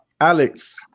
Alex